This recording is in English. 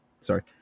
Sorry